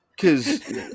cause